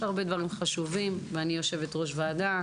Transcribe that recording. יש הרבה דברים חשובים ואני יושבת ראש ועדה.